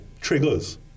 triggers